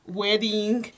wedding